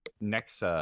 next